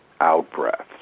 out-breaths